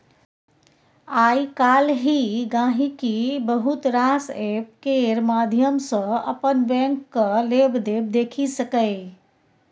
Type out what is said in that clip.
आइ काल्हि गांहिकी बहुत रास एप्प केर माध्यम सँ अपन बैंकक लेबदेब देखि सकैए